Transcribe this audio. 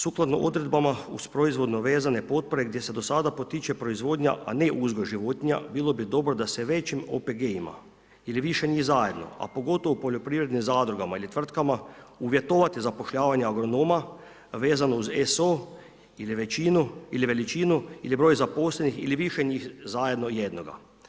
Sukladno odredbama uz proizvodno vezane potpore gdje se do sada potiče proizvodnja, a ne uzgoj životinja, bilo bi dobro većim OPG-ima, ili više njih zajedno, a pogotovo u poljoprivrednim zadrugama ili tvrtkama uvjetovati zapošljavati agronoma, vezano uz SO ili veličinu ili broj zaposlenih ili više njih zajedno jednoga.